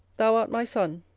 thou art my son,